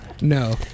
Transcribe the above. No